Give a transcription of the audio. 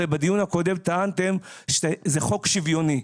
הרי בדיון הקודם טענתם שזה חוק שוויוני,